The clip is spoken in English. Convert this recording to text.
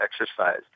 exercise